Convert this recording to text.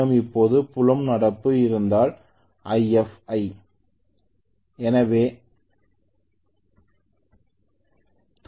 எனவே Eb இன் புதிய மதிப்பிலிருந்து நீங்கள் எப்போதும் வேகம் என்ன என்பதைக் கணக்கிட முடியும் ஆனால் நீங்கள் நினைவில் கொள்ள வேண்டிய ஒரே விஷயம் என்னவென்றால் நான் kIfl அல்ல kIf ஐப் பயன்படுத்த வேண்டும்